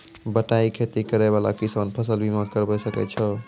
बटाई खेती करै वाला किसान फ़सल बीमा करबै सकै छौ?